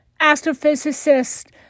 astrophysicist